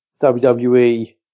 WWE